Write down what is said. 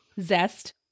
Zest